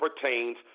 pertains